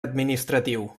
administratiu